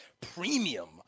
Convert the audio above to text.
premium